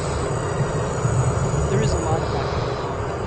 um they've left but there is a lot of that going on.